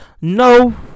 No